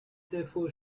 therefore